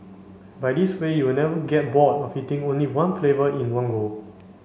by this way you will never get bored of eating only one flavour in one go